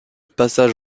passage